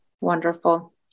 Wonderful